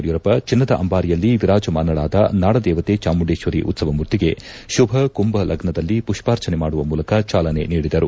ಯಡಿಯೂರಪ್ಪ ಚಿನ್ನದ ಅಂಬಾರಿಯಲ್ಲಿ ವೀರಾಜಮಾನಳಾದ ನಾಡದೇವತೆ ಚಾಮುಂಡೇಶ್ವರಿ ಉತ್ಸವ ಮೂರ್ತಿಗೆ ಶುಭ ಕುಂಬ ಲಗ್ನದಲ್ಲಿ ಪುಷ್ಪಾರ್ಚನೆ ಮಾಡುವ ಮೂಲಕ ಚಾಲನೆ ನೀಡಿದರು